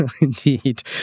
Indeed